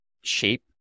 shape